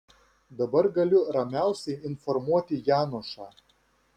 dabar galiu ramiausiai informuoti janušą